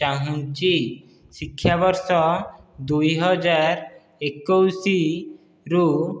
ଚାହୁଁଛି ଶିକ୍ଷାବର୍ଷ ଦୁଇ ହଜାର ଏକୋଇଶରୁ